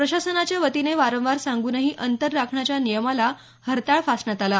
प्रशासनाच्यावतीने वारंवार सांगूनही अंतर राखण्याच्या नियमाला हरताळ फासण्यात आला